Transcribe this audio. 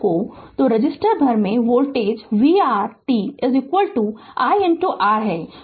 तो रेसिस्टर भर में voltage vR t i R है